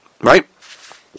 Right